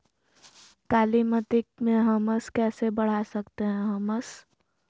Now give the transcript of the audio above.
कालीमती में हमस कैसे बढ़ा सकते हैं हमस?